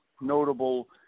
notable